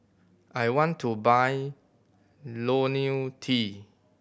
I want to buy Lonil T